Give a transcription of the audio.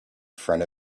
front